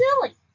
silly